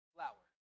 Flower